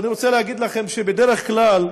אני רוצה להגיד לכם שבדרך כלל,